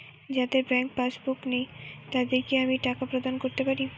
যাদের bank passbook নেই তাদের কি আমি টাকা প্রদান করতে পারি?